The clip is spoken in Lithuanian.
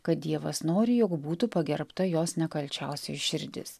kad dievas nori jog būtų pagerbta jos nekalčiausioj širdis